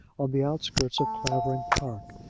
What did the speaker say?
on the outskirts of clavering park,